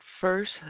first